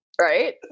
right